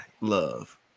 Love